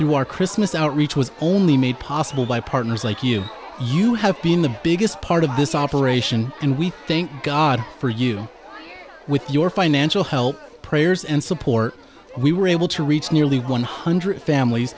through our christmas outreach was only made possible by partners like you you have been the biggest part of this operation and we thank god for you with your financial help prayers and support we were able to reach nearly one hundred families